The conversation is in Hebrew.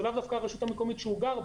זה לאו דווקא הרשות המקומית שהוא גר בה,